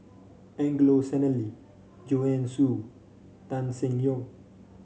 Angelo Sanelli Joanne Soo Tan Seng Yong